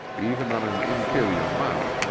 even on an inferior mount,